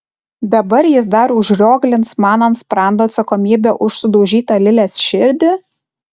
dabar jis dar užrioglins man ant sprando atsakomybę už sudaužytą lilės širdį